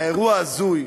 האירוע ההזוי,